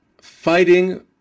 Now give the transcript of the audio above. fighting